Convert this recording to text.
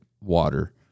water